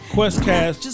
Questcast